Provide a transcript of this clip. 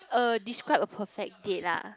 uh describe a perfect date ah